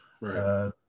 Right